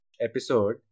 episode